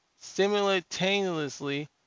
simultaneously